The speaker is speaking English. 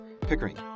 Pickering